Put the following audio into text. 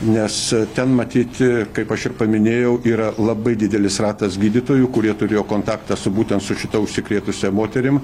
nes ten matyt kaip aš ir paminėjau yra labai didelis ratas gydytojų kurie turėjo kontaktą su būtent su šita užsikrėtusia moterim